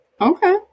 Okay